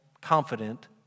confident